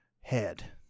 head